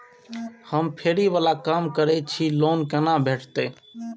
हम फैरी बाला काम करै छी लोन कैना भेटते?